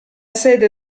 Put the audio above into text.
sede